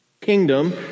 kingdom